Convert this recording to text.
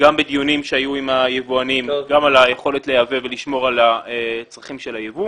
גם בדיונים שהיו עם היבואנים על היכולת לייבא ולשמור על הצרכים של היבוא